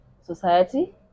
society